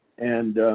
and